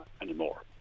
anymore